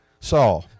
saw